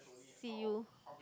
see you